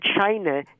China